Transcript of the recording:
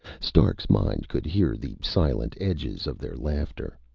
stark's mind could hear the silent edges of their laughter.